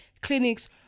clinics